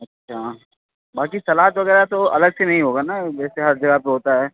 अच्छा बाक़ी सलाद वग़ैरह तो अलग से नहीं होगा ना जैसे हर जगह पर होता है